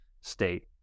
state